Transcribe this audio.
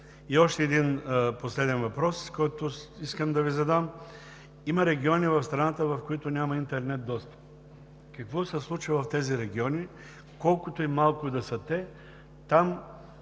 И още един последен въпрос, който искам да Ви задам. Има региони в страната, в които няма интернет достъп. Какво се случва в тези региони? Колкото и малко да са те, там